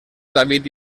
david